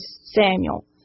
Samuel